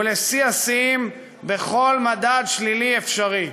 ולשיא השיאים בכל מדד שלילי אפשרי.